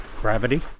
gravity